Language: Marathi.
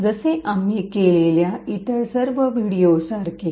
जसे आम्ही केलेल्या इतर सर्व व्हिडिओ सारखे